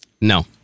No